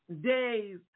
days